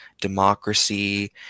democracy